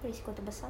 risiko terbesar